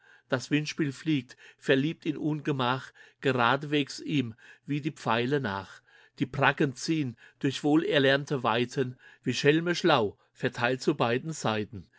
das windspiel fliegt verliebt in ungemach geradewegs ihm wie die pfeile nach die bracken ziehn durch wohlerlernte weiten wie schelme schlau verteilt zu beiden seiten